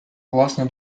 власну